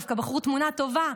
דווקא בחרו תמונה טובה,